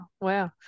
wow